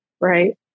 right